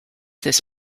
this